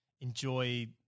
enjoy